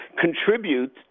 contribute